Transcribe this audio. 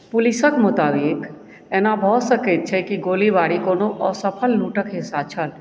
पुलिसके मोताबिक एना भऽ सकैत छै कि गोलीबारी कोनो असफल लूटके हिस्सा छल